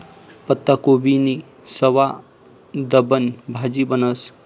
पत्ताकोबीनी सवादबन भाजी बनस